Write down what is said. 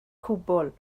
cwbl